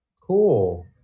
cool